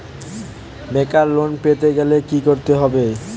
বেকার লোন পেতে গেলে কি করতে হবে?